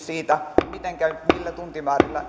siitä mitenkä millä tuntimäärillä